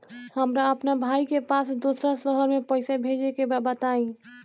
हमरा अपना भाई के पास दोसरा शहर में पइसा भेजे के बा बताई?